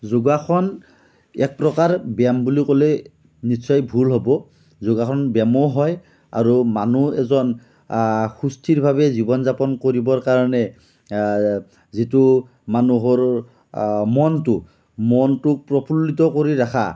যোগাসন এক প্ৰকাৰ ব্যায়াম বুলি ক'লে নিশ্চয় ভুল হ'ব যোগাসন ব্যায়ামো হয় আৰু মানুহ এজন সুস্থিৰভাৱে জীৱন যাপন কৰিবৰ কাৰণে যিটো মানুহৰ মনটো মনটোক প্ৰফুল্লিত কৰি ৰখা